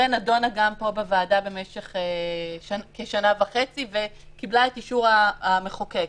ונדונה גם פה בוועדה במשך כשנה וחצי וקיבלה את אישור המחוקק.